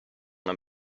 una